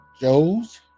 joe's